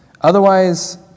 Otherwise